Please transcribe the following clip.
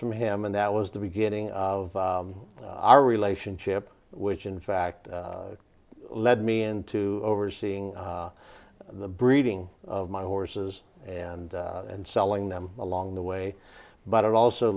from him and that was the beginning of our relationship which in fact led me into overseeing the breeding of my horses and and selling them along the way but it also